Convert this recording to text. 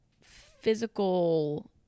physical